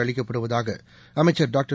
அளிக்கப்படுவதாக அமைச்சர் டாக்டர்